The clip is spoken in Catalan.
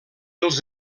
els